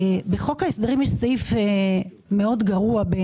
בחוק ההסדרים בעיניי יש סעיף מאוד גרוע.